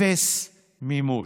אפס מימוש.